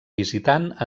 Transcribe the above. visitant